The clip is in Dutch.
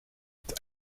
het